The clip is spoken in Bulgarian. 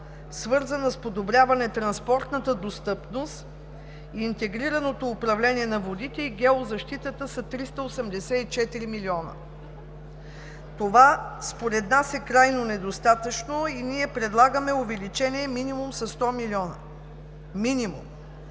свързана с подобряване на транспортната достъпност, интегрираното управление на водите и геозащитата са отпуснати 384 милиона. Това, според нас, е крайно недостатъчно и предлагаме увеличение минимум със 100 милиона. Минимум!